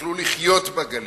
יוכלו לחיות בגליל,